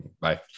Bye